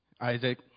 Isaac